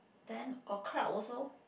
then got crowd also